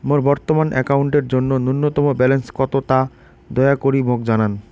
মোর বর্তমান অ্যাকাউন্টের জন্য ন্যূনতম ব্যালেন্স কত তা দয়া করি মোক জানান